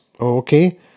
okay